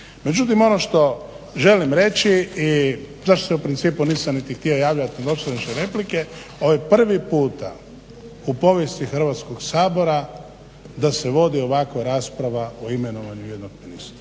Međutim, ono što želim reći i, zašto se u principu nisam niti htio javljat na dosadašnje replike, ovo je prvi puta u povijesti Hrvatskog sabora da se vodi ovako rasprava o imenovanju jednog ministra,